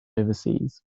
overseas